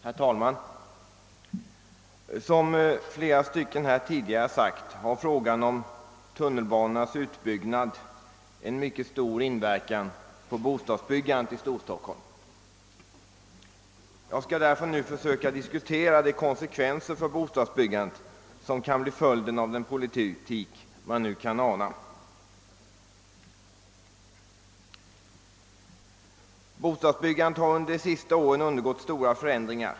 Herr talman! Såsom flera talare tidigare har anfört har frågan om tunnelbanans utbyggnad mycket stor inverkan på bostadsbyggandet i Storstockholm. Jag skall därför söka något klargöra de konsekvenser för bostadsbyggandet som kan bli följden av den politik man nu kan ana. Bostadsbyggandet har under de senaste åren genomgått stora förändringar.